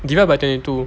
divide by twenty two